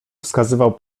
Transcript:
wskazywał